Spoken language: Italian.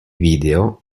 video